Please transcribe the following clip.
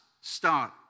start